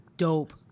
Dope